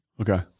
Okay